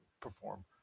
perform